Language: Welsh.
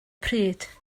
pryd